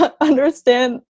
understand